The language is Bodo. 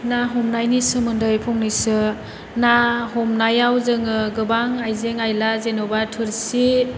ना हमनायनि सोमोन्दै फंनैसो ना हमनायाव जोङो गोबां आयजें आइला जेन'बा थोरसि